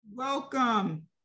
Welcome